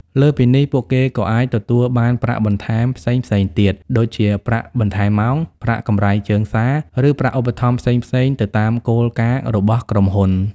លើសពីនេះ ពួកគេក៏អាចទទួលបានប្រាក់បន្ថែមផ្សេងៗទៀត ដូចជាប្រាក់បន្ថែមម៉ោង ប្រាក់កម្រៃជើងសារ ឬប្រាក់ឧបត្ថម្ភផ្សេងៗទៅតាមគោលការណ៍របស់ក្រុមហ៊ុន។